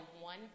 one